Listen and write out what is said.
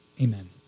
Amen